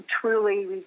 truly